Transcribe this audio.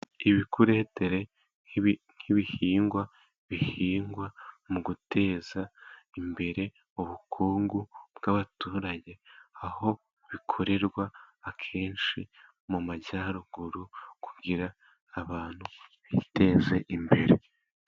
Ibipureteri nk'ibihingwa bihingwa mu guteza imbere ubukungu bw'abaturage. Aho bikorerwa akenshi mu majyaruguru, kugira ngo abantu biteze imbere.